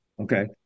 okay